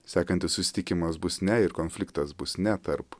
sekantis susitikimas bus ne ir konfliktas bus ne tarp